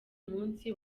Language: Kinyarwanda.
munsi